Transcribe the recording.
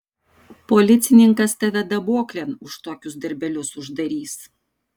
policininkas tave daboklėn už tokius darbelius uždarys